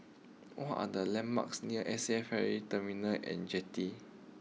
what are the landmarks near S F Ferry Terminal and Jetty